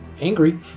angry